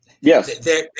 Yes